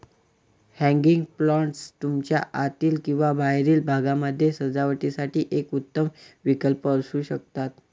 hanging planters तुमच्या आतील किंवा बाहेरील भागामध्ये सजावटीसाठी एक उत्तम विकल्प असू शकतात